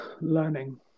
learning